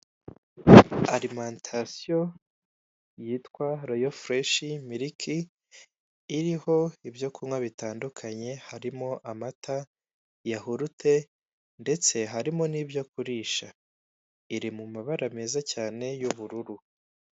Arimantasiyo yitwa royo fureshi miriki iriho ibyo kunywa bitandukanye harimo amata, yahurute ndetse harimo nibyo kurisha. Iri mu mabara meza cyane y'ubururu.